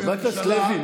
חבר הכנסת לוי,